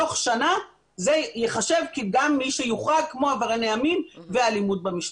תוך שנה זה ייחשב גם כמי שיוחרג כמו עבירות המין ואלימות במשפחה.